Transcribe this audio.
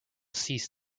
ceased